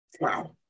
Wow